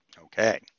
Okay